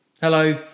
Hello